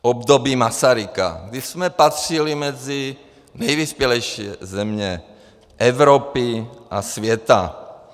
Období Masaryka, kdy jsme patřili mezi nejvyspělejší země Evropy a světa.